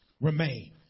Remain